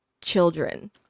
Children